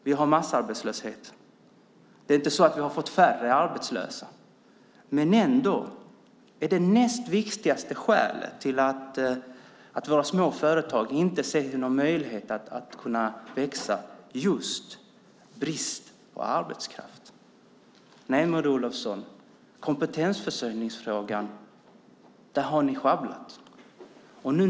Vi har massarbetslöshet. Vi har inte färre arbetslösa. Ändå är brist på arbetskraft det näst viktigaste skälet till att våra små företag inte ser någon möjlighet att växa. I kompetensförsörjningsfrågan har ni sjabblat, Maud Olofsson.